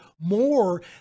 more